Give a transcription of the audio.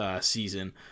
season